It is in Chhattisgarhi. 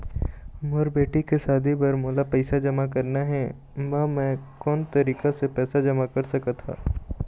मोर बेटी के शादी बर मोला पैसा जमा करना हे, म मैं कोन तरीका से पैसा जमा कर सकत ह?